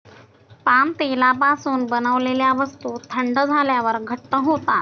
palm तेलापासून बनवलेल्या वस्तू थंड झाल्यावर घट्ट होतात